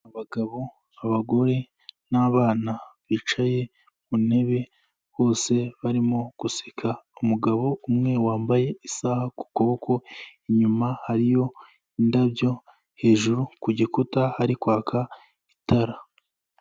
Abagabo, abagore n'abana bicaye ku ntebe bose barimo guseka, umugabo umwe wambaye isaha ku kuboko, inyuma hariyo indabyo, hejuru ku gikuta hari kwaka itara.